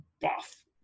buff